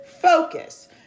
focus